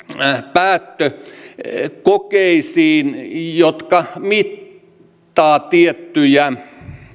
päättökokeisiin jotka mittaavat tiettyjä